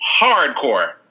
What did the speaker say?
hardcore